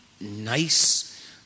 nice